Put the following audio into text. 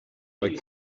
like